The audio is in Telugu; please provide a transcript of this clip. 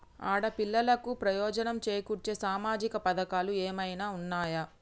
ఆడపిల్లలకు ప్రయోజనం చేకూర్చే సామాజిక పథకాలు ఏమైనా ఉన్నయా?